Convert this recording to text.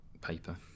paper